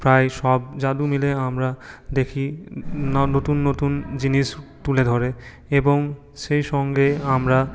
প্রায় সব যাদু মিলে আমরা দেখি নতুন নতুন জিনিস তুলে ধরে এবং সেই সঙ্গে আমরা